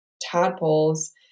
tadpoles